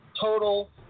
total